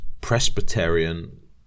Presbyterian